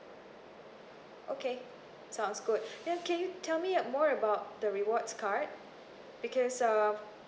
okay sounds good then can you tell me uh more about the rewards card because of